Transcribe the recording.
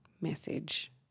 message